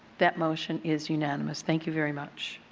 that motion is unanimous. thank you very much.